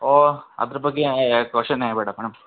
ಓ ಅದ್ರ ಬಗ್ಗೆ ಏ ಕ್ವಷನ್ನೇ ಬೇಡ ಮೇಡಮ್